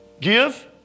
Give